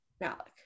malik